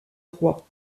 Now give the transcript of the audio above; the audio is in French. roi